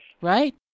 right